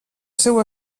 seu